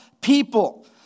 people